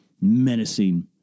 menacing